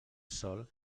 sol